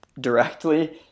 directly